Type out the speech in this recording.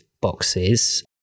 boxes